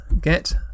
Get